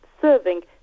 serving